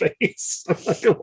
face